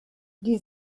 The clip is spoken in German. die